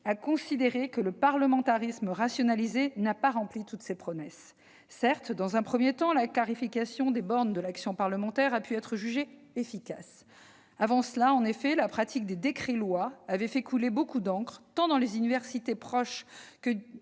à considérer que le parlementarisme rationalisé n'a pas tenu toutes ses promesses. Certes, dans un premier temps, la clarification des bornes de l'action parlementaire a pu être jugée efficace. Avant cela, en effet, la pratique des décrets-lois avait fait couler beaucoup d'encre, tant dans les universités que